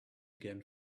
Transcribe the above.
again